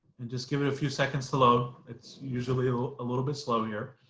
and just give it a few seconds to load. it's usually a little a little bit slow here.